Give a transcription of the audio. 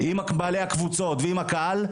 עם בעלי הקבוצות ועם הקהל,